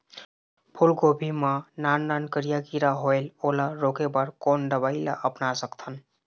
फूलगोभी मा नान नान करिया किरा होयेल ओला रोके बर कोन दवई ला अपना सकथन?